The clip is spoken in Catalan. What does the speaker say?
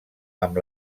amb